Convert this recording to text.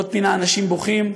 בעוד פינה אנשים בוכים,